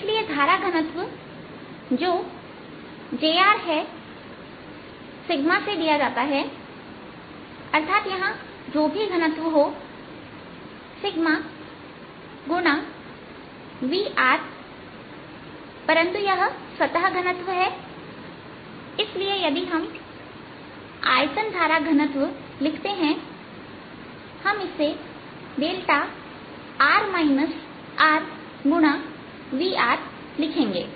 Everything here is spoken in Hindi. इसलिए धारा घनत्व जो j r है से दिया जाता है अर्थात यहां जो भी घनत्व हो Vपरंतु यह सतह घनत्व है इसलिए यदि हम आयतन धारा घनत्व लिखते हैं हम इसे Vलिखेंगे